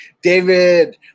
David